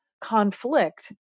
conflict